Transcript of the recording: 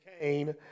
Cain